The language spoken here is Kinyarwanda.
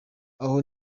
aho